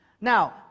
Now